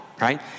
Right